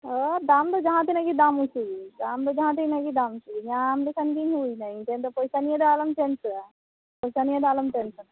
ᱚ ᱫᱟᱢ ᱫᱚ ᱡᱟᱦᱟᱸ ᱛᱤᱱᱟᱹᱜ ᱜᱮ ᱫᱟᱢ ᱚᱪᱚᱜ ᱫᱟᱢ ᱫᱚ ᱡᱟᱦᱟᱸ ᱛᱤᱱᱟᱹᱜ ᱜᱮ ᱫᱟᱢ ᱚᱪᱚᱜ ᱧᱟᱢ ᱞᱮᱠᱷᱟᱱ ᱜᱮᱧ ᱦᱩᱭᱮᱱᱟ ᱤᱧ ᱴᱷᱮᱱ ᱫᱚ ᱯᱚᱭᱥᱟ ᱱᱤᱭᱮ ᱫᱚ ᱟᱞᱚᱢ ᱪᱤᱱᱛᱟᱹᱜᱼᱟ ᱯᱚᱭᱥᱟ ᱱᱤᱭᱮ ᱫᱚ ᱟᱞᱚᱢ ᱴᱮᱱᱥᱮᱱᱚᱜᱼᱟ